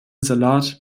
salat